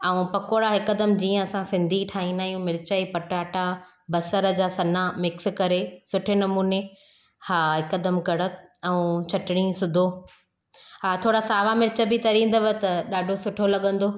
ऐं पकोड़ा हिकदमि जीअं असां सिंधी ठाहींदा आहियूं मिर्चाई पटाटा बसर जा सन्हा मिक्स करे सुठे नमूने हा हिकदमि कड़क ऐं चटणी सुधो हा थोरा सावा मिर्च बि तरींदव त ॾाढो सुठो लॻंदो